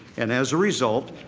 and as a result,